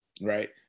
right